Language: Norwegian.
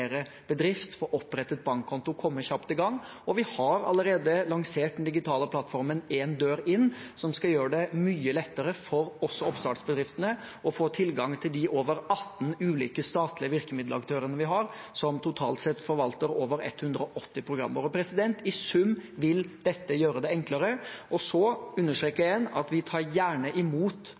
bedrift, få opprettet bankkonto og komme kjapt i gang. Og vi har allerede lansert den digitale plattformen En dør inn, som skal gjøre det mye lettere for også oppstartbedriftene å få tilgang til de over 18 ulike statlige virkemiddelaktørene vi har, som totalt sett forvalter over 180 programmer. I sum vil dette gjøre det enklere. Og jeg understreker igjen at vi tar gjerne imot